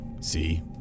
See